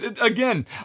again